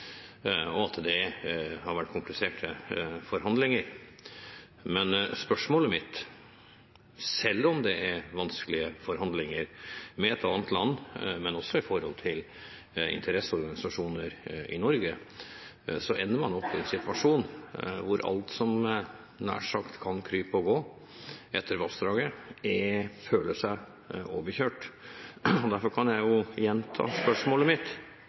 at det har vært kompliserte forhandlinger. Men selv om det er vanskelige forhandlinger med et annet land – men også i forhold til interesseorganisasjoner i Norge – så ender man opp i en situasjon hvor nær sagt alt som kan krype og gå etter vassdraget, føler seg overkjørt. Derfor kan jeg jo gjenta spørsmålet mitt: